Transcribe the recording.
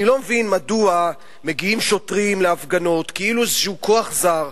אני לא מבין מדוע מגיעים שוטרים להפגנות כאילו זה איזה כוח זר,